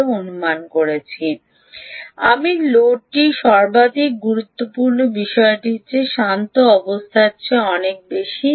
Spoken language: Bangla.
এটি আমরা একটি অনুমান করেছি আমি লোডটি সর্বাধিক গুরুত্বপূর্ণ বিষয়টির চেয়ে শান্ত অবস্থার চেয়ে অনেক বেশি